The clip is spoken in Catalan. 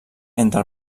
entre